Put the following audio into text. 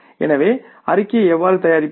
எனவே அறிக்கையை எவ்வாறு தயாரிப்பது